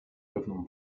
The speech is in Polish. pewną